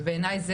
בעיניי,